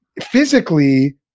Physically